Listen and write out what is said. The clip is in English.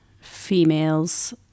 females